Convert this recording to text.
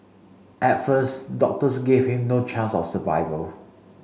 at first doctors gave him no chance of survival